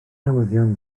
newyddion